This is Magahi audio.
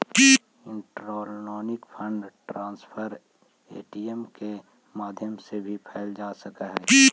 इलेक्ट्रॉनिक फंड ट्रांसफर ए.टी.एम के माध्यम से भी कैल जा सकऽ हइ